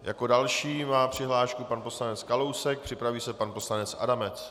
Jako další má přihlášku pan poslanec Kalousek, připraví se pan poslanec Adamec.